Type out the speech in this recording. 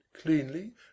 cleanly